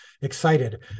excited